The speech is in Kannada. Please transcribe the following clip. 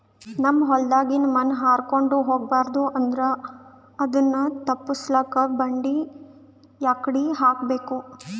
ನಮ್ ಹೊಲದಾಗಿನ ಮಣ್ ಹಾರ್ಕೊಂಡು ಹೋಗಬಾರದು ಅಂದ್ರ ಅದನ್ನ ತಪ್ಪುಸಕ್ಕ ಬಂಡಿ ಯಾಕಡಿ ಹಾಕಬೇಕು?